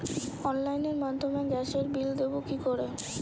অনলাইনের মাধ্যমে গ্যাসের বিল দেবো কি করে?